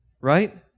right